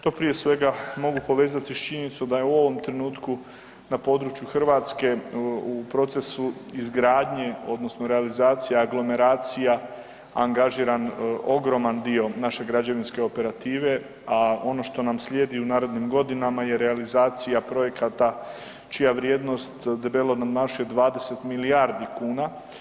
To prije svega mogu povezati s činjenicom da je u ovom trenutku na području Hrvatske u procesu izgradnje odnosno realizacija aglomeracija angažiran ogroman dio naše građevinske operative, a ono što nam slijedi u narednim godinama je realizacija projekata čija vrijednost debelo nadmašuje 20 milijardi kuna.